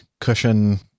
cushion